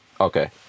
Okay